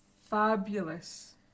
fabulous